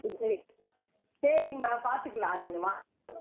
ம் சரி சரிங்கம்மா பார்த்துக்கலாம் நீங்கள் வாங்க